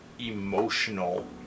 emotional